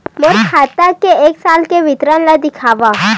मोर खाता के एक साल के विवरण ल दिखाव?